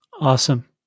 Awesome